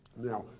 Now